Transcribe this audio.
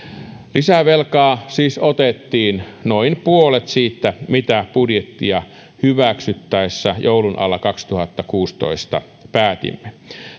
lisävelkaa siis otettiin noin puolet siitä mitä budjettia hyväksyttäessä joulun alla kaksituhattakuusitoista päätimme